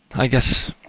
i guess,